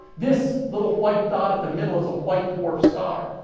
this little white dot at the middle is a white dwarf star.